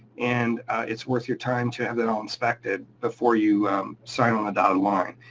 and it's worth your time to have that all inspected before you sign on the dotted line.